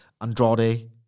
Andrade